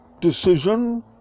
decision